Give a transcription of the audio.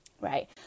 Right